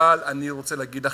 אבל אני רוצה להגיד לך,